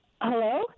Hello